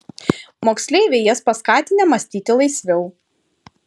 moksleiviai jas paskatinę mąstyti laisviau